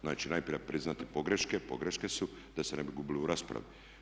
Znači najprije priznati pogreške, pogreške su da se ne bi gubilo u raspravi.